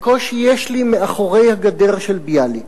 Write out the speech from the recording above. בקושי יש לי "מאחורי הגדר" של ביאליק,